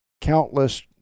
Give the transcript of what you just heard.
countless